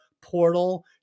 portal